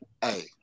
Hey